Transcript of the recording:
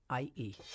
IE